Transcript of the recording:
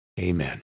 Amen